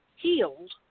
Healed